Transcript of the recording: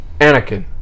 anakin